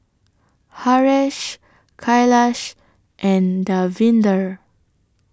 Haresh Kailash and Davinder